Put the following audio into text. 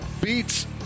beats